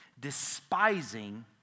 despising